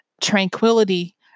tranquility